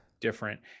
different